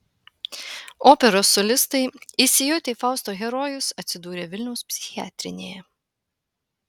operos solistai įsijautę į fausto herojus atsidūrė vilniaus psichiatrinėje